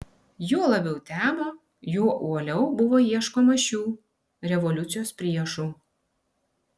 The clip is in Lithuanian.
juo labiau temo juo uoliau buvo ieškoma šių revoliucijos priešų